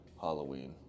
Halloween